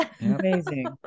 amazing